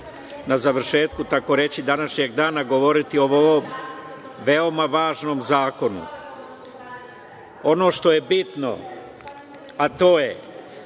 na završetku, takoreći, današnjeg dana govoriti o ovom veoma važnom zakonu. Ono što je bitno, a to je